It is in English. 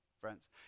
friends